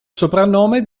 soprannome